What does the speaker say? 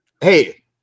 hey